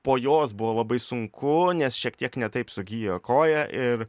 po jos buvo labai sunku nes šiek tiek ne taip sugijo koja ir